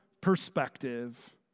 perspective